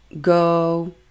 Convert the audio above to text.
go